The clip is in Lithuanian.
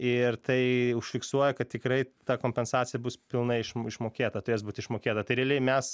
ir tai užfiksuoja kad tikrai ta kompensacija bus pilnai išmokėta turės būt išmokėta tai realiai mes